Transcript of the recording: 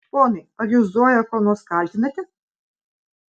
ponai ar jūs zoją kuo nors kaltinate